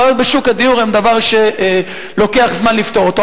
הבעיות בשוק הדיור הן דבר שלוקח זמן לפתור אותו.